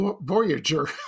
voyager